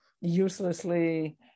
uselessly